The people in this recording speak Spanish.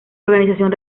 organización